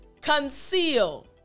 conceal